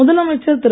முதலமைச்சர் திரு